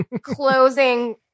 closing